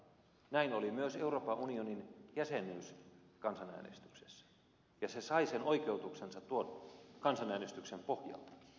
näin oli myös euroopan unionin jäsenyys kansanäänestyksessä ja se jäsenyys sai sen oikeutuksensa tuon kansanäänestyksen pohjalta